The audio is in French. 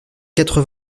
quatre